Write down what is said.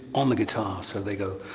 on the guitar. so they go,